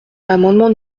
l’amendement